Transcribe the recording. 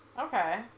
Okay